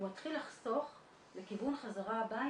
הוא מתחיל לחסוך לכיוון חזרה הביתה.